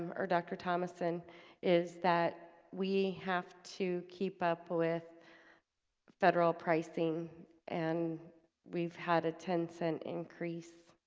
or dr. thomason is that we have to keep up with federal pricing and we've had a ten cent increase